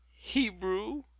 Hebrew